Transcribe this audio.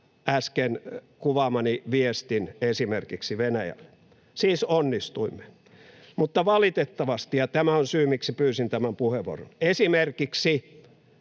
äsken kuvaamani viestin esimerkiksi Venäjälle. Siis onnistuimme. Mutta valitettavasti — ja tämä on syy, miksi pyysin tämän puheenvuoron — esimerkiksi